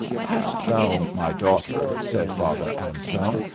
hast thou, my daughter, said father anselm,